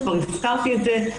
כבר הזכרתי את זה.